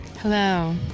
Hello